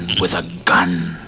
with a gun.